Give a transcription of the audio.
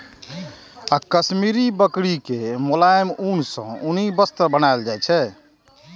काश्मीरी बकरी के मोलायम ऊन सं उनी वस्त्र बनाएल जाइ छै